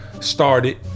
started